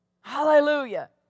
Hallelujah